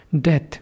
death